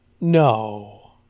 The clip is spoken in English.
No